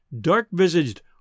dark-visaged